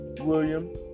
William